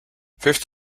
fifth